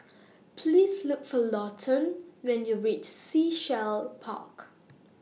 Please Look For Lawton when YOU REACH Sea Shell Park